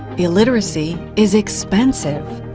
illiteracy is expensive,